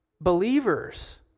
believers